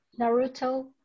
naruto